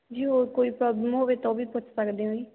ਜੀ ਹੋਰ ਕੋਈ ਪ੍ਰੋਬਲਮ ਹੋਵੇ ਤਾਂ ਉਹ ਵੀ ਪੁੱਛ ਸਕਦੇ ਹੋ ਜੀ